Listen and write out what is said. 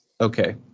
Okay